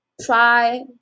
Try